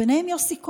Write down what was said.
ביניהם יוסי כהן,